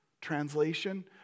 Translation